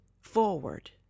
forward